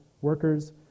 workers